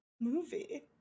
movie